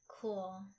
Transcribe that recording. cool